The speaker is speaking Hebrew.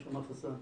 מה שאמר חסאן,